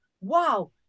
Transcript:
wow